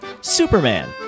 Superman